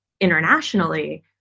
internationally